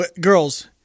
Girls